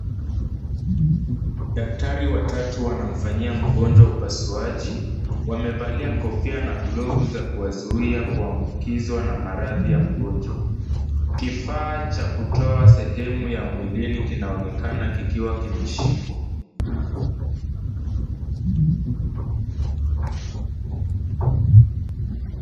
Daktari watatu wanamfanyia mgonjwa upasuaji, wamevalia kofia na glovu za kuwazuia kuambukizwa na maradhi ya mgonjwa. Kifaa cha kutoa sehemu ya mwilini kinaonekana kikiwa kimeshikwa.